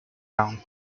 down